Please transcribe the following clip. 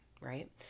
right